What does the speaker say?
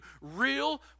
real